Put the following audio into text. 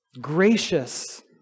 gracious